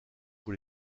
pour